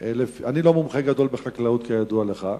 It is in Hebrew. אני לא מומחה גדול בחקלאות, כידוע לך,